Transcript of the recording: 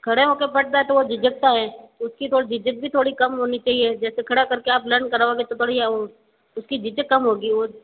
खड़े होके पढ़ता है तो वो झिझकता है उसकी थोड़ी झिझक भी थोड़ी कम होनी चाहिए जैसे खड़ा करके आप लर्न कराओगे तो बढ़िया हो उसकी झिझक कम होगी वो